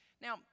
Now